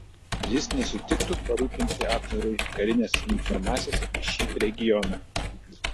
ar jis nesutiktų parūpinti abverui karinės informacijos apie šį regioną